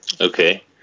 Okay